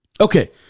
Okay